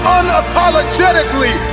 unapologetically